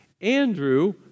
Andrew